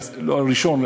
לא הראשון,